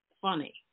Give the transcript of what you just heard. funny